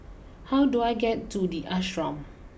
how do I get to the Ashram